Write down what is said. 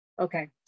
okay